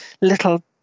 little